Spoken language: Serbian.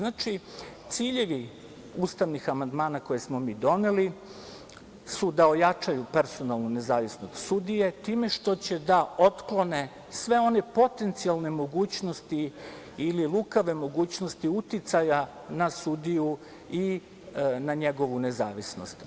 Dakle, ciljevi ustavnih amandmana koje smo mi doneli su da ojačaju personalnu nezavisnost sudije, time što će da otklone sve one potencijalne mogućnosti ili lukave mogućnosti uticaja na sudiju i na njegovu nezavisnost.